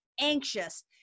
anxious